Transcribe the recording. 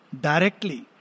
Directly